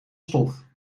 stof